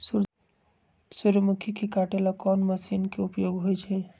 सूर्यमुखी के काटे ला कोंन मशीन के उपयोग होई छइ?